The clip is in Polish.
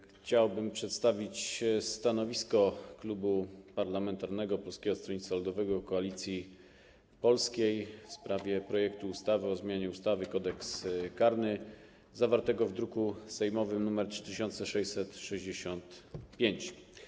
Chciałbym przedstawić stanowisko Klubu Parlamentarnego Polskie Stronnictwo Ludowe - Koalicja Polska w sprawie projektu ustawy o zmianie ustawy Kodeks karny zawartego w druku sejmowym nr 3665.